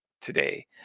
today